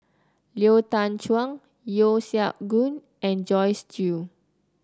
Lau Teng Chuan Yeo Siak Goon and Joyce Jue